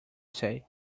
say